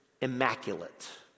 immaculate